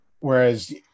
Whereas